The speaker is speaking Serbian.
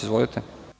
Izvolite.